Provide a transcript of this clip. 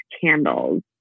candles